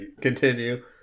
Continue